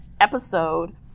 episode